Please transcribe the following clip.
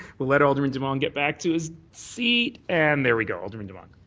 we'll let alderman demong get back to his seat. and there we go. alderman demong.